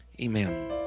amen